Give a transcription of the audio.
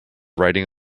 riding